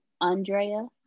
Andrea